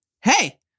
hey